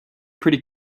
pretty